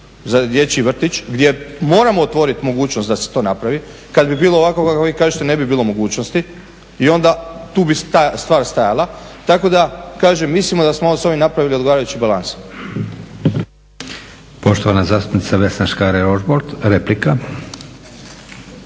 za dječji vrtić gdje moramo otvoriti mogućnost da se to napravi. Kad bi bilo ovako kao što vi kažete ne bi bilo mogućnosti i onda tu bi stvar stajala. Tako da kažem mislimo da smo s ovim napravili odgovarajući balans.